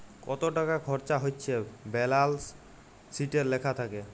কত টাকা খরচা হচ্যে ব্যালান্স শিটে লেখা থাক্যে